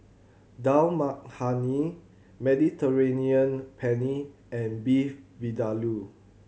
Dal Makhani Mediterranean Penne and Beef Vindaloo